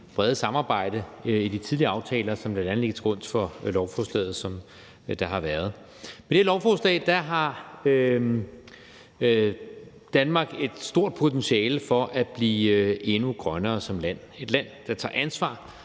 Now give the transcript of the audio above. brede samarbejde i de tidligere aftaler, som bl.a. ligger til grund for lovforslaget, som der har været. Med det her lovforslag har Danmark et stort potentiale til at blive endnu grønnere som land – et land, der tager ansvar